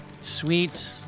Sweet